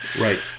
right